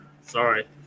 sorry